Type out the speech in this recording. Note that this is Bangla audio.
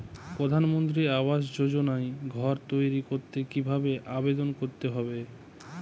প্রধানমন্ত্রী আবাস যোজনায় ঘর তৈরি করতে কিভাবে আবেদন করতে হবে?